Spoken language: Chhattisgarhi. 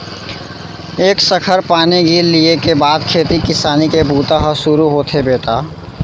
एक सखर पानी गिर लिये के बाद खेती किसानी के बूता ह सुरू होथे बेटा